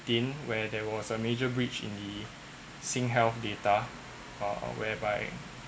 teen where there was a major breach in the singhealth data uh whereby